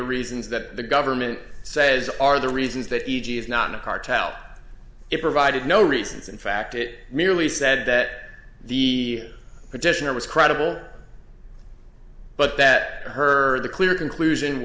the reasons that the government says are the reasons that e g is not a cartel it provided no reasons in fact it merely said that the petitioner was credible but that her the clear conclusion